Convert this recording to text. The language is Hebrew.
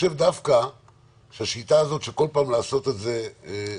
דווקא השיטה הזאת של כל פעם לעשות את זה --- הרי